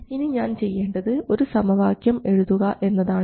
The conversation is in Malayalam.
ഇനി ഞാൻ ചെയ്യേണ്ടത് ഒരു സമവാക്യം എഴുതുക എന്നതാണ്